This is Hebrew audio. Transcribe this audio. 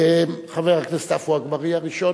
חבר הכנסת עפו אגבאריה ראשון,